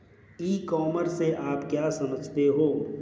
ई commerce से आप क्या समझते हो?